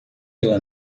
pela